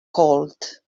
cold